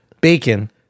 Bacon